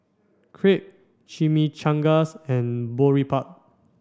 Crepe Chimichangas and Boribap